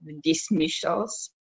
dismissals